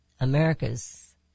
America's